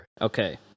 Okay